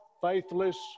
faithless